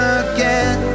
again